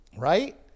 Right